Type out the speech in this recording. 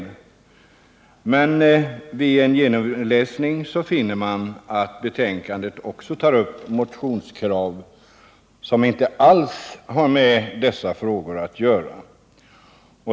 Men vid en genomläsning finner man att betänkandet även tar upp motionskrav som inte alls har med dessa frågor att göra.